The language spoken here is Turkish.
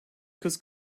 kız